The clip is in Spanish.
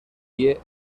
pie